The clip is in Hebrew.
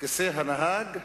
כיסא הנהג,